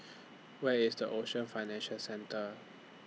Where IS The Ocean Financial Centre